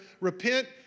Repent